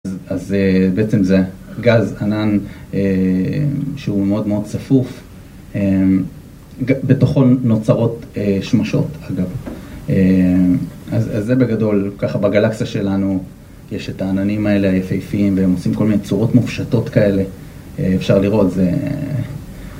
אז בעצם זה גז, ענן, שהוא מאוד מאוד צפוף בתוכו נוצרות שמשות אגב אז זה בגדול ככה בגלקסיה שלנו יש את העננים האלה היפיהפיים והם עושים כל מיני צורות מופשטות כאלה אפשר לראות זה